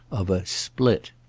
of a split.